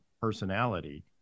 personality